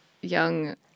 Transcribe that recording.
young